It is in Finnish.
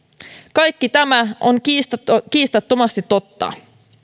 kaikki tämä on kiistattomasti kiistattomasti totta